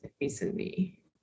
recently